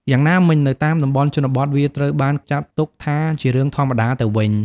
យ៉ាងណាមិញ នៅតាមតំបន់ជនបទវាត្រូវបានចាត់ទុកថាជារឿងធម្មតាទៅវិញ។